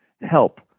help